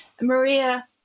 Maria